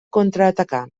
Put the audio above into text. contraatacar